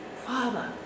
Father